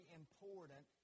important